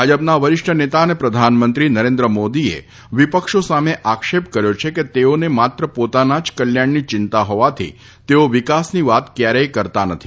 ભાજપના વરિષ્ઠ નેતા અને પ્રધાનમંત્રી નરેન્દ્ર મોદીએ વિપક્ષો સામે આક્ષેપ કર્યો છે કે તેઓને માત્ર પોતાના જ કલ્યાણની ચિંતા હોવાથી તેઓ વિકાસની વાત ક્યારેય કરતાં નથી